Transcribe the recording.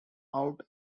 out